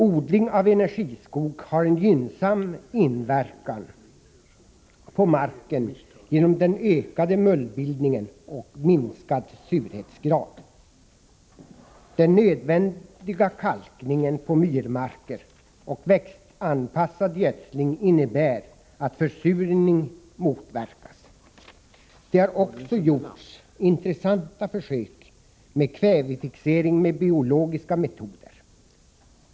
Odling av energiskog har en gynnsam inverkan på marken genom den ökade mullbildningen och den minskade surhetsgraden. Den nödvändiga kalkningen på myrmarker och den växtanpassade gödslingen innebär att försurning motverkas. Det har också gjorts intressanta försök med kvävefixering med biologiska metoder.